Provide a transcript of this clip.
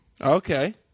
Okay